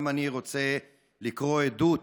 גם אני רוצה לקרוא עדות